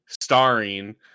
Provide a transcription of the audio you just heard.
starring